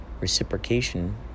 Reciprocation